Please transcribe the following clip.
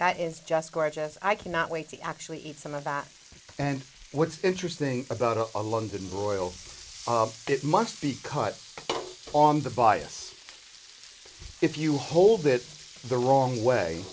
that is just gorgeous i cannot wait to actually eat some of that and what's interesting about a london broil it must be cut on the bias if you hold it the wrong way